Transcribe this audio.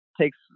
takes